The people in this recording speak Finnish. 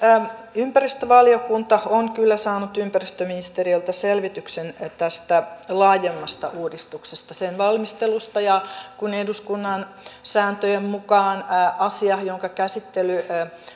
ympäristövaliokunta on kyllä saanut ympäristöministeriöltä selvityksen tästä laajemmasta uudistuksesta sen valmistelusta kun eduskunnan sääntöjen mukaan asian jonka käsittely